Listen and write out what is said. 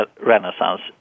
Renaissance